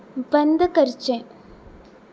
बंद करचें